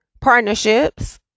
partnerships